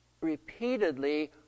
repeatedly